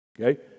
Okay